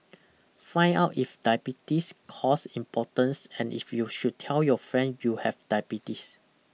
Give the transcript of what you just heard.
find out if diabetes cause impotence and if you should tell your friend you have diabetes